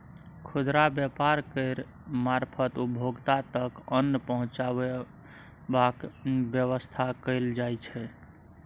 खुदरा व्यापार केर मारफत उपभोक्ता तक अन्न पहुंचेबाक बेबस्था कएल जाइ छै